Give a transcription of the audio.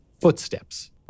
footsteps